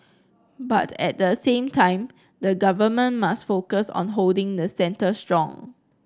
but at the same time the Government must focus on holding the centre strong